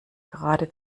gerade